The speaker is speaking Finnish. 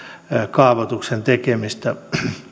kaavoituksen tekemistä